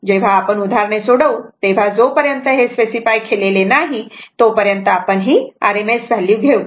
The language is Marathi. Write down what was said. जेव्हा आपण उदाहरणे सोडवून तेव्हा जोपर्यंत हे स्पेसिफाय केलेले नाही तोपर्यंत आपण ही RMS व्हॅल्यू घेऊ